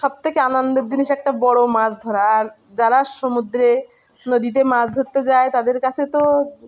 সবথেকে আনন্দের জিনিস একটা বড়ো মাছ ধরা আর যারা সমুদ্রে নদীতে মাছ ধরতে যায় তাদের কাছে তো